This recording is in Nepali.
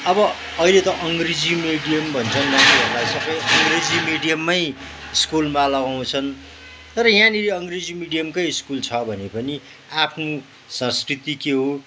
अब अहिले त अङ्ग्रेजी मिडियम भन्छ नानीहरूलाई सबै अङ्ग्रेजी मिडियममै स्कुलमा लगाउँछन् तर यहाँनिर अङ्ग्रेजी मिडियमकै स्कुल छ भने पनि आफ्नो संस्कृति के हो